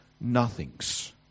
nothings